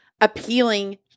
appealing